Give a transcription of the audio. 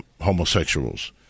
homosexuals